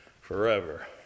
forever